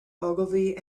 ogilvy